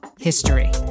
history